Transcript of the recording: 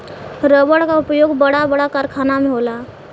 रबड़ क उपयोग बड़ा बड़ा कारखाना में होला